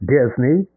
Disney